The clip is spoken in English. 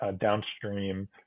downstream